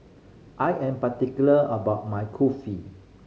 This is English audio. I am particular about my Kulfi